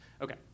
Okay